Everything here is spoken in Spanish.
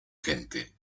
gente